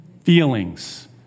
feelings